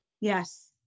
Yes